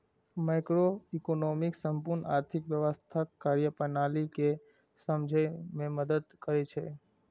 microeconomics संपूर्ण आर्थिक व्यवस्थाक कार्यप्रणाली कें समझै मे मदति करै छै